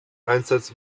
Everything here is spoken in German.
einsatz